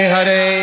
Hare